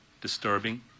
disturbing